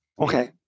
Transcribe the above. Okay